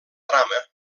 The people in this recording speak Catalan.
trama